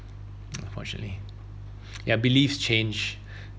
unfortunately yeah believes change